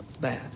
bad